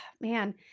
man